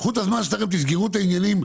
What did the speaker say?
קחו את הזמן שלכם, תסגרו את העניינים.